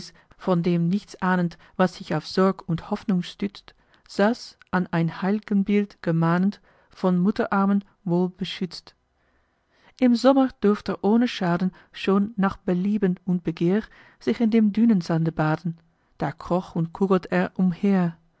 von dem nichts ahnend was sich auf sorg und hoffnung stützt saß an ein heil'genbild gemahnend von mutterarmen wohl beschützt im sommer durft er ohne schaden schon nach belieben und begehr sich in dem dünensande baden da kroch und kugelt er umher